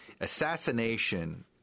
assassination